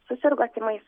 susirgo tymais